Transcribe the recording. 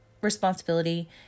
responsibility